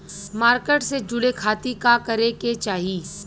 Market से जुड़े खाती का करे के चाही?